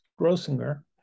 Grossinger